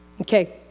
Okay